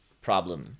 problem